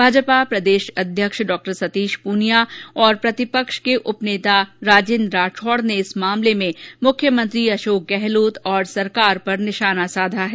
भाजपा प्रदेश अध्यक्ष डॉ सतीश पूनियां और प्रतिपक्ष के उपनेता राजेन्द्र राठौड़ ने इस मामले में मुख्यमंत्री अशोक गहलोत और सरकार पर निशाना साधा हैं